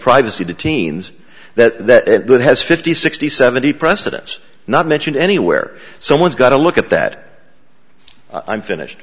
privacy to teens that has fifty sixty seventy precedents not mentioned anywhere someone's got to look at that i'm finished